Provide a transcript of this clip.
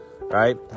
right